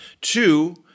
Two